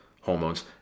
hormones